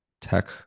tech